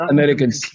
Americans